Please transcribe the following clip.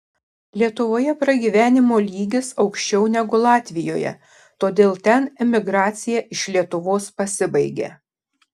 lietuvoje pragyvenimo lygis aukščiau negu latvijoje todėl ten emigracija iš lietuvos pasibaigė